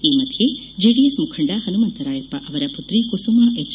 ಈ ಮಧ್ಯೆ ಜೆಡಿಎಸ್ ಮುಖಂಡ ಹನುಮಂತರಾಯಪ್ಪ ಅವರ ಪುತ್ರಿ ಕುಸುಮಾ ಎಚ್